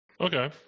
Okay